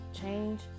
Change